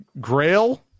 Grail